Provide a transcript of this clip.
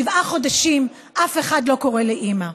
שבעה חודשים אף אחד לא קורא לי אימא.